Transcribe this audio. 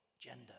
Gender